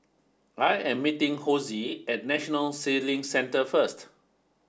I am meeting Hosie at National Sailing Centre first